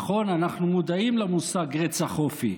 נכון, אנחנו מודעים למושג רצח אופי,